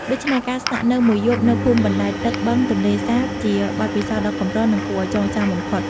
ដូច្នេះ ការស្នាក់នៅមួយយប់នៅភូមិបណ្ដែតទឹកបឹងទន្លេសាបជាបទពិសោធន៍ដ៏កម្រ និងគួរឱ្យចងចាំបំផុត។